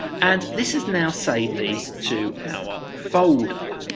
and this is now saved these to our folder